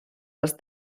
als